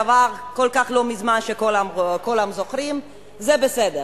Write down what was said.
שעבר לא מזמן, כולם זוכרים, זה בסדר.